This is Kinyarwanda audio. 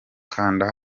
kanda